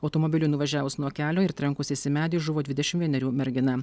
automobiliui nuvažiavus nuo kelio ir trenkusis į medį žuvo dvidešim vienerių mergina